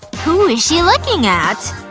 who is she looking at?